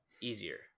easier